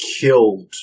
killed